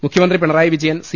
മുഖ്യമന്ത്രി പിണറായി വിജയൻ സി